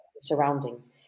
surroundings